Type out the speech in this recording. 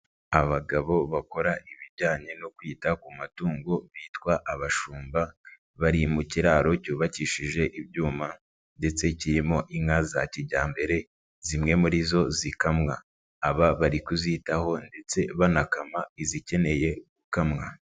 Abagabo bakora ibijyanye no kwita ku matungo bitwa abashumba, bari mu kiraro cyubakishije ibyuma ndetse kirimo inka za kijyambere, zimwe muri zo zikamwa. Aba bari kuzitaho ndetse banakama izikeneye gukamwa.